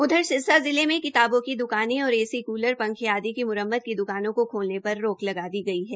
उधर सिरसा जिले में किताबों की द्काने और ए सी कूलर पंखे आदि की म्रम्मत की द्कानों को खोलने पर रोक लगा दी गई है